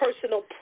personal